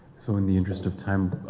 so in the interest of time,